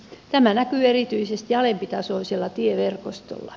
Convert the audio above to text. tämä näkyy erityisesti alempitasoisella tieverkostolla